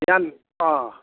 बिहान अँ